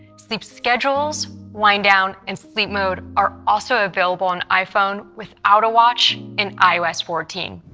sleep schedules, wind down and sleep mode are also available on iphone with auto watch in ios fourteen.